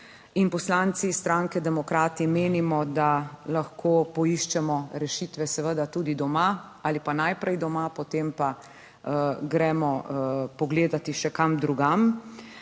poslanci stranke demokrati menimo, da lahko poiščemo rešitve seveda tudi doma ali pa najprej doma, potem pa gremo pogledati še kam drugam.